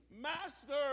Master